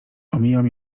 omijam